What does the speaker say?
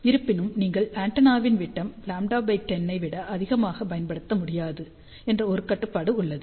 இருப்பினும் நீங்கள் ஆண்டெனாவின் விட்டம் λ10 ஐ விட அதிகமாக பயன்படுத்த முடியாது என்று ஒரு கட்டுப்பாடு உள்ளது